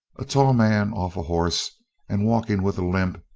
a tall man off a horse and walking with a limp,